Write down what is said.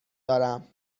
دارم